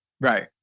right